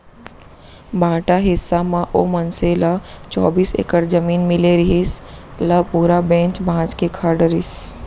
बांटा हिस्सा म ओ मनसे ल चौबीस एकड़ जमीन मिले रिहिस, ल पूरा बेंच भांज के खा डरिस